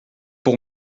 pour